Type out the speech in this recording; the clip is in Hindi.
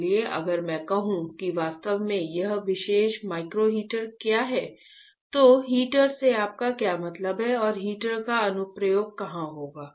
इसलिए अगर मैं कहूं कि वास्तव में यह विशेष माइक्रो हीटर क्या है तो हीटर से आपका क्या मतलब है और हीटर का अनुप्रयोग कहां होगा